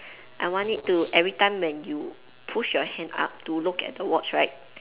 I want it to every time when you push your hand up to look at the watch right